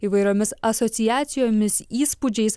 įvairiomis asociacijomis įspūdžiais